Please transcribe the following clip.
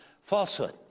falsehood